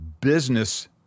business